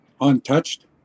untouched